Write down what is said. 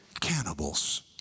cannibals